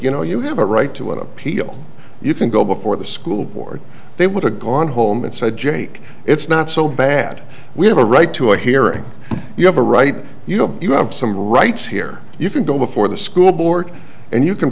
you know you have a right to an appeal you can go before the school board they would have gone home and said jake it's not so bad we have a right to a hearing you have a right you know you have some rights here you can go before the school board and you can